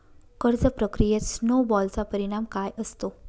कर्ज प्रक्रियेत स्नो बॉलचा परिणाम काय असतो?